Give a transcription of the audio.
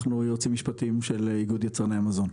אנחנו היועצים המשפטיים של איגוד יצרני המזון.